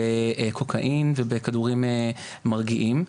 בקוקאין ובכדורים מרגיעים.